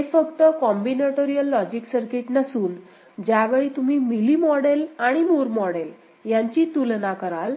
हे फक्त combinatorial logic circuit नसून ज्यावेळी तुम्ही मिली मॉडेल आणि मूर मॉडेल यांची तुलना कराल